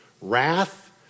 wrath